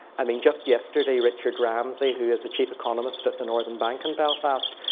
i mean, just yesterday richard ramsay, who is the chief economist at the northern bank in belfast,